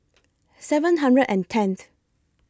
seven hundred and tenth